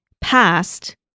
past